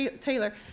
Taylor